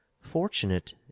Fortunate